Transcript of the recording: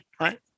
Right